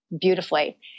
beautifully